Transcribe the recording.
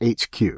HQ